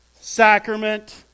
sacrament